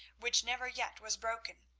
which never yet was broken,